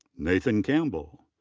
nathan campbell.